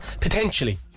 potentially